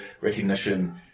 recognition